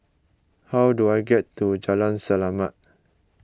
how do I get to Jalan Selamat